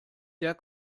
der